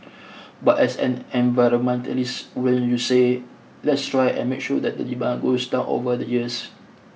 but as an environmentalist wouldn't you say let's try and make sure that the demand goes down over the years